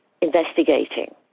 investigating